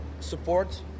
Support